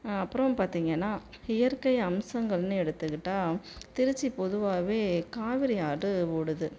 அப்புறம் பார்த்திங்கன்னா இயற்கை அம்சங்கள்னு எடுத்துக்கிட்டால் திருச்சி பொதுவாகவே காவேரி ஆறு ஓடுது